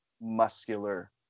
muscular